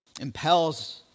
impels